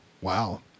Wow